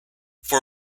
for